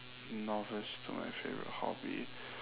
a novice to my favourite hobby